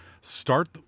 Start